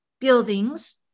buildings